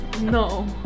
No